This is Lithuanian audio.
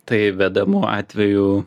tai vedamu atveju